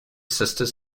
sisters